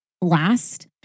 Last